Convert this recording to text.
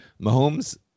Mahomes